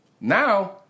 now